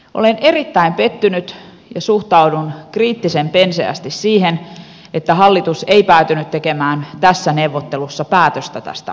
olen erittäin pettynyt ja suhtaudun kriittisen penseästi siihen että hallitus ei päätynyt tekemään tässä neuvottelussa päätöstä tästä asiasta